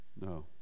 no